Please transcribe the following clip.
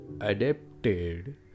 adapted